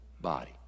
body